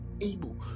able